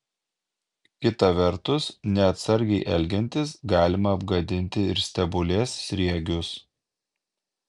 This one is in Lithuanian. kita vertus neatsargiai elgiantis galima apgadinti ir stebulės sriegius